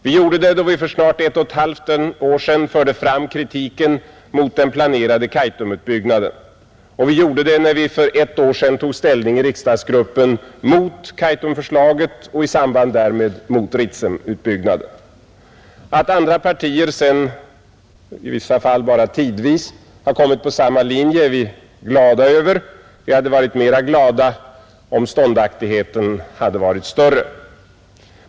Vi gjorde det då vi för snart ett och ett halvt år sedan framförde kritiken mot den planerade Kaitumutbyggnaden, och vi gjorde det när vi för ett år sedan i riksdagsgruppen tog ställning mot Kaitumförslaget och i samband därmed mot Ritsemutbyggnaden, Att andra partier sedan, i vissa fall bara tidvis, har kommit på samma linje är vi glada över. Vi hade varit gladare om ståndaktigheten hade varit större.